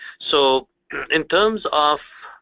so in terms of